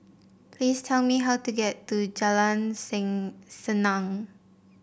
please tell me how to get to Jalan Sen Senang